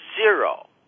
zero